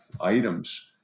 items